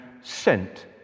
sent